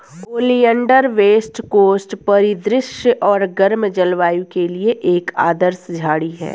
oleander west coast परिदृश्य और गर्म जलवायु के लिए एक आदर्श झाड़ी है